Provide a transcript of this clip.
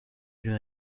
jeu